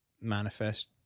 manifest